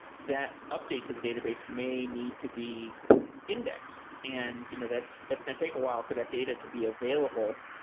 that update to the database may need to be indexed. and you know that's that's going to take a while for that data to be available.